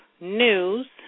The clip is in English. news